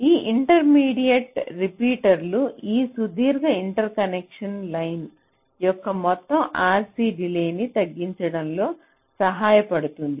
ఈ intermediate repeater ఈ సుదీర్ఘ ఇంటర్కనెక్షన్ లైన్ యొక్క మొత్తం RC డిలే న్ని తగ్గించడంలో సహాయపడుతుంది